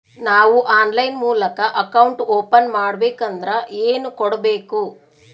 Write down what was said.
ನಾವು ಆನ್ಲೈನ್ ಮೂಲಕ account open ಮಾಡಬೇಂಕದ್ರ ಏನು ಕೊಡಬೇಕು?